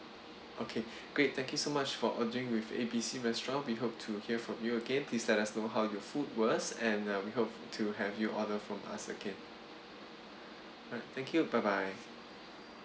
okay great thank you so much for ordering with A B C restaurant we hope to hear from you again please let us know how your food was and uh we hope to have you order from us again alright thank you bye bye